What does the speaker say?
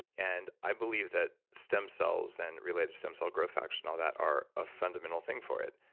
and i believe that stem cells and related stem cell growth faction all that are a fundamental thing for it,